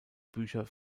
bücher